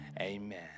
amen